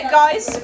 guys